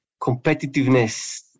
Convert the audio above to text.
competitiveness